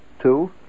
Two